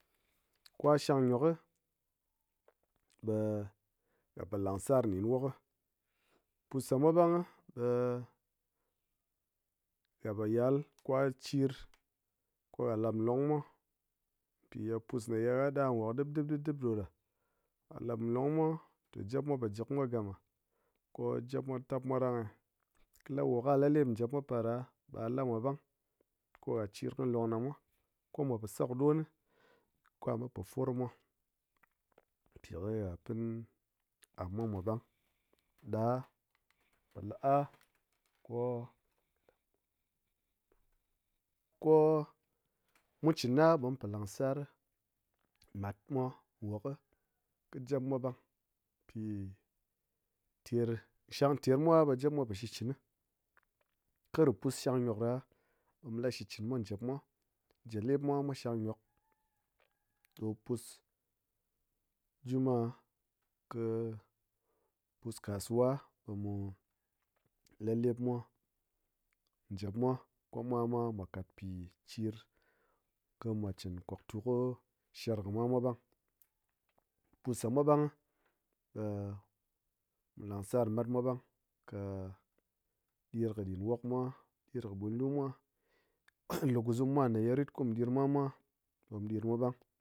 Ko ha shang ngyok kɨ ɓe ha po langsar nin wok, pusɗamwa kwatɗɨ ɓe ha po yal kwa ha chir ko ha lap longmwa pi ye pus ye ha ɗa wok ɗib ɗib ɗib ɗib ɗo ɗa ha lap longmwa ta japmwa po ji kimwa gamma ko japmwa tapmwa rang ngye, kɨ la o ka la lep japmwa paɗa ɓa ha lamwa ɓang ko ha chir kɨ long ɗa mwa ko mwa po sakɨ ɗo̱n ni ok ha mat pofor mwa pi ko ha pin am mwa mwa ɓang ɗa po la'a ko ko mu chin'a ɓe mupo langsar matmwa wok, kɨ japmwa ɓang pi ter shang termwa ɓe japmwa po shikchɨni, kɨ ru pus shang ngok ɗa ɓe mu la shikchɨnmwa japmwa, japlep mwa shang ngyok ɗo pus juma'a kɨ pus kasuwa ɓe mu la lepmwa japmwa kɨ mwa mwa mwa katpi chir kɨ mwa chin kwaktu kɨ shar kɨ mwa mwa ɓang. Pus ɗa mwa ɓang ɓe mu langsar matmwa ɓang ƙe ɗir kɨ ɗin wokmwa ɗirki ɓwinlu mwa, lu guzum mwa ne ye rit kɨ mu ɗirmwa mwa ɓe mu ɗirmwa ɓang.